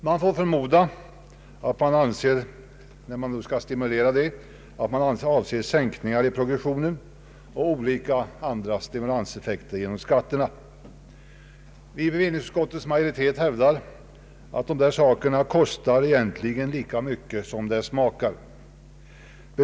Man får förmoda att motionärerna med stimulerande åtgärder avser sänkningar i progressionen och en del andra stimulerande effekter genom skattelättnader. Bevillningsutskottets majoritet hävdar att detta kostar lika mycket som det smakar.